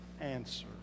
answer